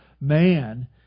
man